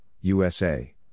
USA